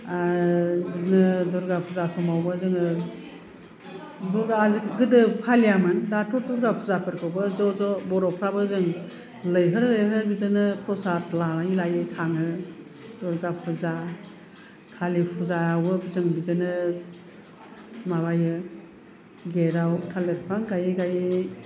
आरो बिदिनो दुर्गा फुजा समावबो जोङो दुरगा गोदो फालियामोन दाथ' दुर्गा फुजाफोरखौबो ज' ज' बर'फ्राबो जों लैहोर लैहोर बिदिनो प्रसाद लायै लायै थाङो दुर्गा फुजा कालि फुजायावबो जों बिदिनो माबायो गेट आव थालिर बिफां गायै गायै